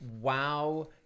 wow